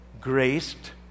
graced